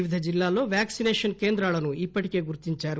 వివిధ జిల్లాల్లో వ్యాక్సినేషన్ కేంద్రాలను ఇప్పటి కే గుర్తించారు